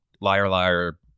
liar-liar